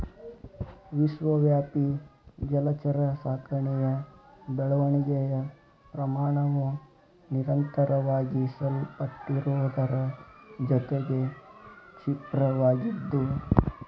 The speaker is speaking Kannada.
ವಿಶ್ವವ್ಯಾಪಿ ಜಲಚರ ಸಾಕಣೆಯ ಬೆಳವಣಿಗೆಯ ಪ್ರಮಾಣವು ನಿರಂತರವಾಗಿ ಸಲ್ಪಟ್ಟಿರುವುದರ ಜೊತೆಗೆ ಕ್ಷಿಪ್ರವಾಗಿದ್ದು